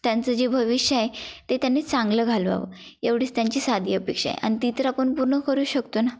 त्यांचं जे भविष्य आहे ते त्यांनी चांगलं घालवावं एवढीच त्यांची साधी अपेक्षा आहे आणि ती तर आपण पूर्ण करूच शकतो ना